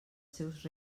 seus